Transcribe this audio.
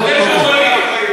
אתם לאומנים.